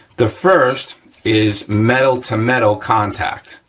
the first is metal to metal contact,